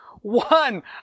one